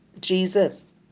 jesus